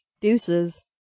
deuces